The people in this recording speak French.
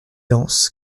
lens